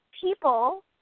people